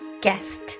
guest